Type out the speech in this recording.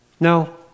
No